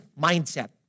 mindset